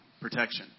protection